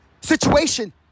situation